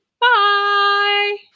bye